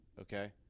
okay